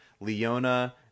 Leona